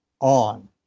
on